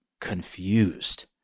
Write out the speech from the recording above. confused